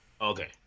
Okay